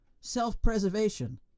self-preservation